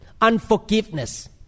unforgiveness